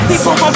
People